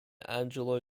angelo